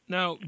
now